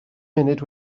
munud